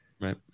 Right